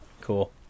Cool